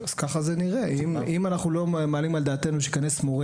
אם אנחנו לא מעלים על דעתנו שיש סכנה שמורה,